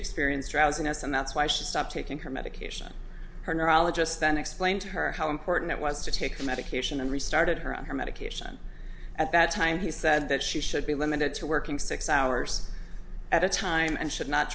experienced drowsiness and that's why she stopped taking her medication her neurologist then explained to her how important it was to take the medication and restarted her medication at that time he said that she should be limited to working six hours at a time and should not